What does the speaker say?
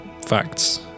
facts